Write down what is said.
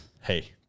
Hey